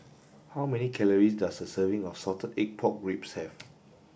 how many calories does a serving of salted egg pork ribs have